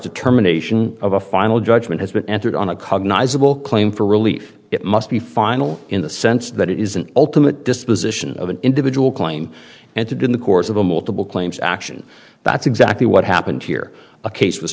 determination of a final judgment has been entered on a cognizable claim for relief it must be final in the sense that it is an ultimate disposition of an individual claim and to do in the course of a multiple claims action that's exactly what happened here a case was